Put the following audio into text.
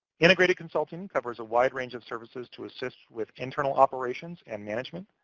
integrated consulting covers a wide range of services to assist with internal operations and management.